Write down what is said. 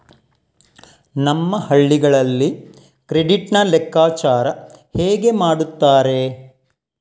ನಮ್ಮ ಹಳ್ಳಿಗಳಲ್ಲಿ ಕ್ರೆಡಿಟ್ ನ ಲೆಕ್ಕಾಚಾರ ಹೇಗೆ ಮಾಡುತ್ತಾರೆ?